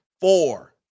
four